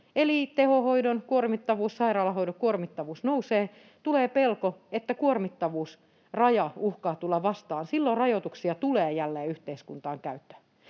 eli tehohoidon kuormittavuus ja sairaalahoidon kuormittavuus nousevat ja tulee pelko, että kuormittavuusraja uhkaa tulla vastaan, niin silloin rajoituksia tulee jälleen yhteiskuntaan käyttöön.